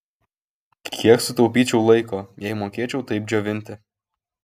kiek sutaupyčiau laiko jei mokėčiau taip džiovinti